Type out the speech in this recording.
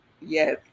Yes